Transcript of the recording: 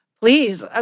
Please